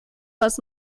was